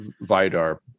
Vidar